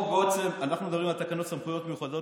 אנחנו מדברים על תקנות סמכויות מיוחדות